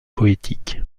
poétique